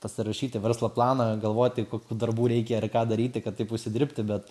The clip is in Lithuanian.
pasirašyti verslo planą galvoti kokių darbų reikia ir ką daryti kad taip užsidirbti bet